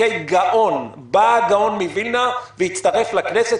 בא הגאון מוילנה ויצטרף לכנסת,